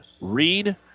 Reed